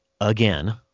again